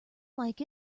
like